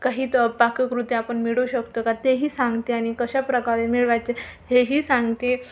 काही तर पाककृती आपण मिळू शकतो का तेही सांगते आणि कशाप्रकारे मिळवायचे हेही सांगते